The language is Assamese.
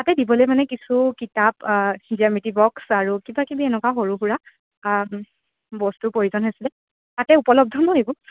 তাতে দিবলৈ মানে কিছু কিতাপ জ্য়ামিত্ৰি বক্স আৰু কিবা কিবি এনেকুৱা সৰু সুৰা বস্তুৰ প্ৰয়োজন হৈছিলে তাতে উপলব্ধ নহ্ এইবোৰ